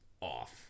off